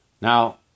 Now